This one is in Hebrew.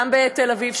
גם בתל-אביב,